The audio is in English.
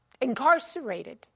incarcerated